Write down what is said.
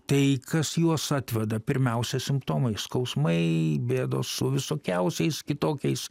tai kas juos atveda pirmiausia simptomai skausmai bėdos su visokiausiais kitokiais